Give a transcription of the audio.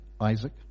Isaac